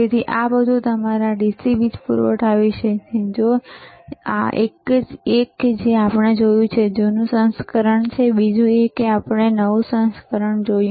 તેથી આ બધું તમારા DC વીજ પૂરવઠા વિશે છે એક જે આપણે જોયું છે તે જૂનું સંસ્કરણ છે અને બીજું જે આપણે જોયું છે તે નવું સંસ્કરણ છે